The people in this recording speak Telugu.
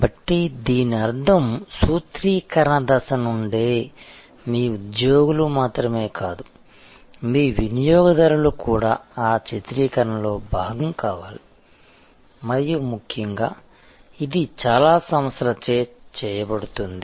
కాబట్టి దీని అర్థం సూత్రీకరణ దశ నుండే మీ ఉద్యోగులు మాత్రమే కాదు మీ వినియోగదారులు కూడా ఆ చిత్రీకరణలో భాగం కావాలి మరియు మరీ ముఖ్యంగా ఇది చాలా సంస్థలచే చేయబడుతుంది